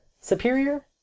superior